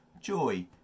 joy